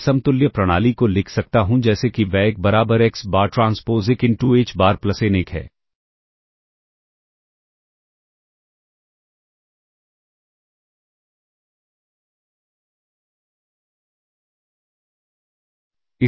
मैं समतुल्य प्रणाली को लिख सकता हूं जैसे कि y 1 बराबर x बार ट्रांसपोज़ 1 इन टू h बार प्लस n 1 है